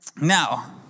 Now